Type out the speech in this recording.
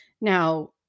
Now